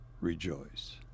rejoice